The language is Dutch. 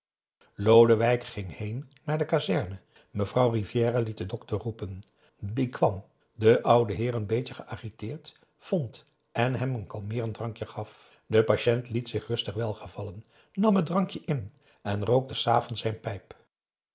lodewijk ging heen naar de kazerne mevrouw rivière liet den dokter roepen die kwam den ouden heer n beetje geagiteerd vond en hem een kalmeerend drankje gaf de patiënt liet zich dat rustig welgevallen nam het drankje in en rookte s avonds zijn pijp